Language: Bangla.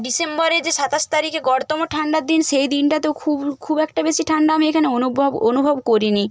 ডিসেম্বরে যে সাতাশ তারিখে গড়তম ঠান্ডার দিন সেই দিনটাতেও খুব খুব একটা বেশি ঠান্ডা আমি এখানে অনুভব অনুভব করি নি